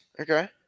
Okay